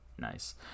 nice